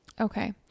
Okay